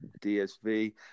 DSV